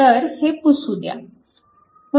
तर हे पुसू द्या